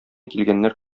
килгәннәр